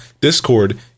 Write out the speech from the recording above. Discord